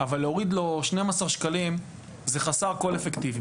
אבל להוריד לו 12 שקלים זה חסר כל אפקטיביות.